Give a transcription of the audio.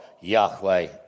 Yahweh